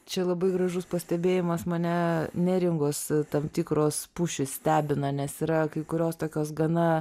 čia labai gražus pastebėjimas mane neringos tam tikros pušys stebina nes yra kai kurios tokios gana